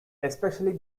especially